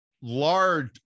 large